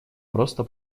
просто